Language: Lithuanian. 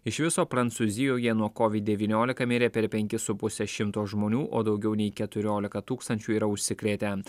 iš viso prancūzijoje nuo kovid devyniolika mirė per penkis su puse šimto žmonių o daugiau nei keturiolika tūkstančių yra užsikrėtę